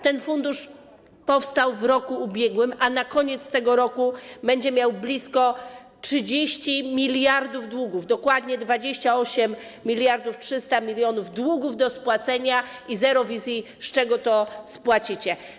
Ten fundusz powstał w roku ubiegłym, a na koniec tego roku będzie miał blisko 30 mld długu, dokładnie 28 300 mln długu do spłacenia i zero wizji, z czego to spłacicie.